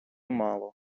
мало